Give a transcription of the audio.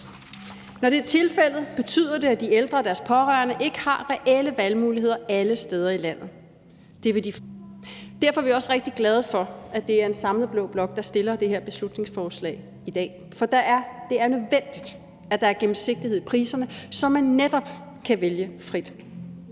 Når det er tilfældet, betyder det, at de ældre og deres pårørende ikke har reelle valgmuligheder alle steder i landet. Det vil de til stor gavn få med Nye Borgerliges politik. Derfor er vi også rigtig glade for, at det er en samlet blå blok, der har fremsat det her beslutningsforslag, som vi behandler i dag, for det er nødvendigt, at der er gennemsigtighed i priserne, så man netop kan vælge frit.